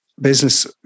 business